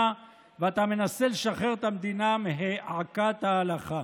ואתה מנסה לשחרר את המדינה מהעקת ההלכה.